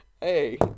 Hey